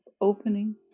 opening